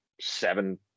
seven